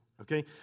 okay